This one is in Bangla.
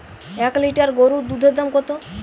এক লিটার গোরুর দুধের দাম কত?